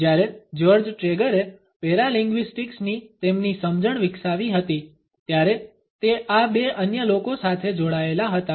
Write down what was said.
જ્યારે જ્યોર્જ ટ્રેગરે પેરાલિંગ્વીસ્ટિક્સની તેમની સમજણ વિકસાવી હતી ત્યારે તે આ બે અન્ય લોકો સાથે જોડાયેલા હતા